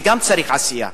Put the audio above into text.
וגם צריך עשייה.